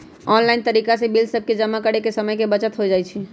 online तरिका से bill सभके जमा करे से समय के बचत हो जाइ छइ